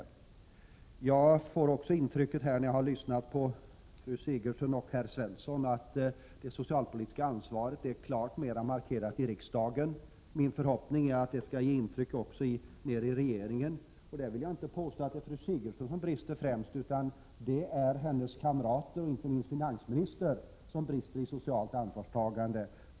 30 maj 1988 När jag lyssnat till fru Sigurdsen och herr Svensson har jag fått intrycket att det socialpolitiska ansvaret är klart bättre markerat i riksdagen. Min (rinskrinE dk Ä SR pr 3 äg alkoholkonsumtionen förhoppning är att det skall göra intryck på regeringen. Jag vill inte påstå att iSverige det främst är fru Sigurdsen som brister, utan det är hennes kamrater i regeringen och inte minst finansministern som brister i socialt ansvarstagande.